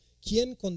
¿Quién